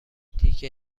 دیگه